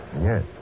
Yes